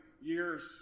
years